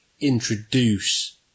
introduce